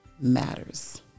matters